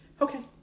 Okay